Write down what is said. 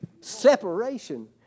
Separation